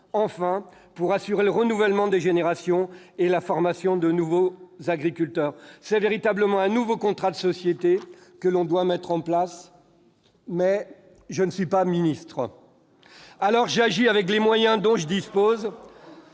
enfin, pour assurer le renouvellement des générations et la formation des nouveaux agriculteurs. C'est véritablement un nouveau contrat de société que l'on doit mettre en place. Mais je ne suis pas ministre ... Ouf ! C'est pour cela que je me